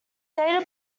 date